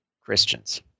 Christians